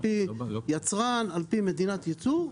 על פי יצרן ועל פי מדינת ייצור.